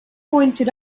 pointed